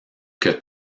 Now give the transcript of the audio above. que